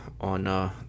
on